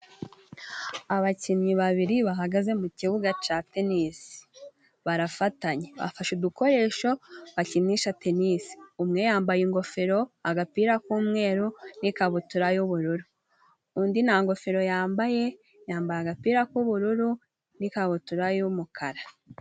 Abakinnyi babiri bahagaze mu kibuga cya tenisi, barafatanye. Afashe udukoresho bakinisha tenisi, umwe yambaye ingofero, agapira k'umweru, n'ikabutura y'ubururu. Undi nta ngofero yambaye, yambaye agapira k'ubururu n'ikabutura y'umukara.